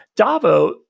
Davo